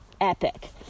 epic